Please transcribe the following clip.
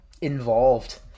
involved